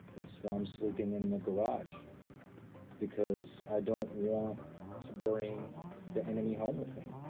and so um sleeping in the garage because i don't want to bring the enemy home with me.